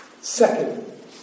second